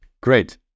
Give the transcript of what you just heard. Great